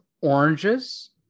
oranges